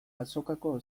azokako